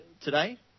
today